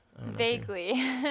Vaguely